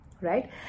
Right